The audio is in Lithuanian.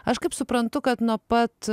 aš kaip suprantu kad nuo pat